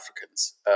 Africans